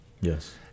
Yes